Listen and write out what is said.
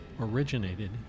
originated